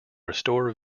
restore